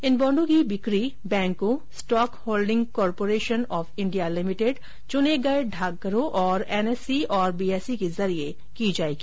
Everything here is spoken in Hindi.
इन बॉण्डों की बिक्री बैंकों stock holding corporation of India limited चुने गए डाकघरों और एनएससी तथा बीएसई के जरिए की जाएगी